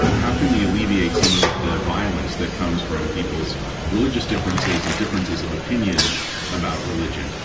how can we alleviate some of the violence that comes from people's religious differences and differences of opinion about religion,